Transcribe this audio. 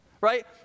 Right